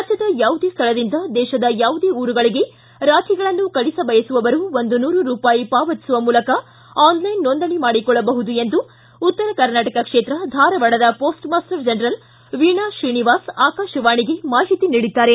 ರಾಜ್ಞದ ಯಾವುದೇ ಸ್ವಳದಿಂದ ದೇಶದ ಯಾವುದೇ ಊರುಗಳಿಗೆ ರಾಖಿಗಳನ್ನು ಕಳಿಸಬಯಸುವವರು ಒಂದು ನೂರು ರೂಪಾಯಿ ಪಾವತಿಸುವ ಮೂಲಕ ಆನ್ಲೈನ್ ನೋಂದಣಿ ಮಾಡಿಕೊಳ್ಳಬಹುದು ಎಂದು ಉತ್ತರಕರ್ನಾಟಕ ಕ್ಷೇತ್ರ ಧಾರವಾಡದ post master general Veena Srinivas ಆಕಾಶವಾಣಿಗೆ ಮಾಹಿತಿ ನೀಡಿದ್ದಾರೆ